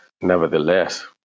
Nevertheless